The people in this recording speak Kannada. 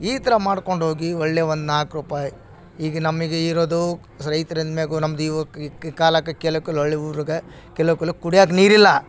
ಈ ಥರ ಮಾಡ್ಕೊಂಡು ಹೋಗಿ ಒಳ್ಳೆ ಒಂದು ನಾಲ್ಕು ರುಪಾಯಿ ಈಗ ನಮಗೆ ಇರೋದು ರೈತ್ರು ಅಂದಮೇಲೆ ನಮ್ದು ಕಾಲಕ್ಕೆ ಕೇಳಾಕಲ್ಲ ಹಳ್ಳಿ ಊರಾಗೆ ಕೆಳೋಕಲ್ಲ ಕುಡಿಯೋಕ್ ನೀರಿಲ್ಲ